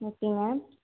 ஓகேங்க